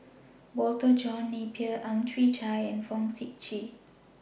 Walter John Napier Ang Chwee Chai and Fong Sip Chee